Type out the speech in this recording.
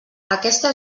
aquesta